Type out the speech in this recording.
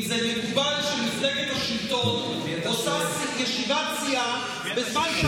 האם מקובל שמפלגת השלטון עושה ישיבת סיעה בזמן מליאה?